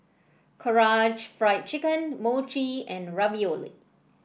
Karaage Fried Chicken Mochi and Ravioli